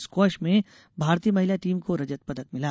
squash में भारतीय महिला टीम को रजत पदक मिला